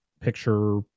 picture